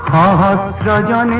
da da da